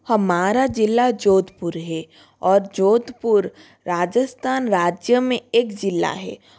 हमारा ज़िला जोधपुर है और जोधपुर राजस्थान राज्य मे एक ज़िला है